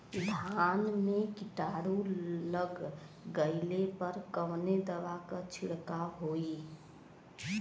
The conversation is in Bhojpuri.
धान में कीटाणु लग गईले पर कवने दवा क छिड़काव होई?